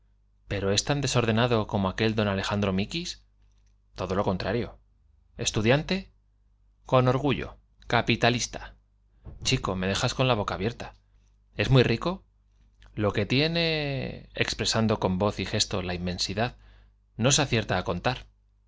perb es tan desordenado como aquel d alejandro miquis todo lo contrario estudiante con orgullo j capitalista abierta es muy chico me dejas con la boca rico lo que tiene expresando con voz y gesto la inmensidad no se acierta á contar